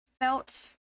felt